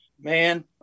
man